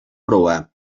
proa